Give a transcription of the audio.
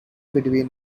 between